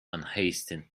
unhasting